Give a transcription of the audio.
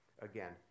Again